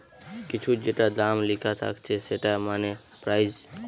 কিছুর যেটা দাম লিখা থাকছে সেটা মানে প্রাইস